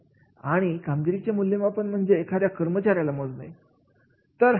आणि कामगिरीचे मूल्यमापन म्हणजे एखाद्या कर्मचाऱ्याला मोजणे